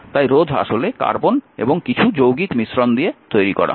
তাই রোধ আসলে কার্বন এবং কিছু যৌগিক মিশ্রণ দিয়ে তৈরি করা হয়